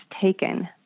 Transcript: taken